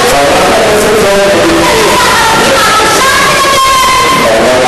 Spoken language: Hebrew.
חבר הכנסת בן-ארי, תודה.